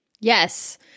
Yes